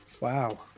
Wow